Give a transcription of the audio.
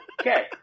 Okay